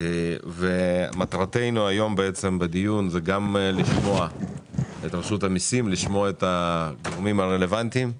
מטרתו היום בדיון זה גם לשמוע את רשות המיסים ואת הגורמים הרלוונטיים,